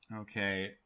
Okay